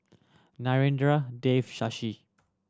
Narendra Dev Shashi